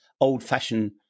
old-fashioned